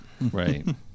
Right